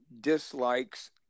dislikes